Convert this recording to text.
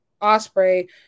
Osprey